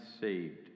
saved